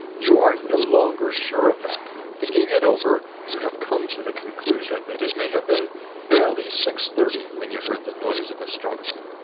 you are no longer sure of that. thinking it over, you have come to the conclusion that it may have been barely six-thirty when you heard the noise of a struggle.